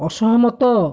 ଅସହମତ